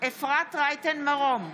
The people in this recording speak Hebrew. אפרת רייטן מרום,